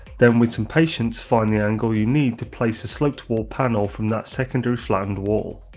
then with some patience, find the angle you need to place the sloped wall panel from that secondary flattened wall.